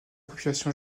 population